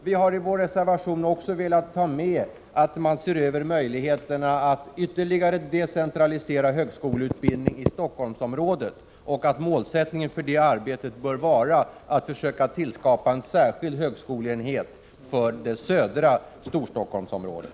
Vi har i vår reservation också uttalat att man bör se över möjligheterna att ytterligare decentralisera högskoleutbildningen i Stockholmsområdet och att målsättningen för detta arbete bör vara att tillskapa en särskild högskoleenhet för den södra delen av Storstockholmsområdet.